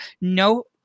No